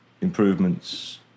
improvements